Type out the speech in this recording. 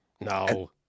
No